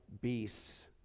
beasts